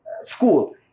school